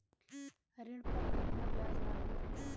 ऋण पर केतना ब्याज लगी?